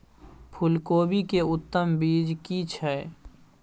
फूलकोबी के उत्तम बीज की छै?